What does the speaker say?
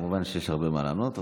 כמובן, יש לי הרבה מה לענות.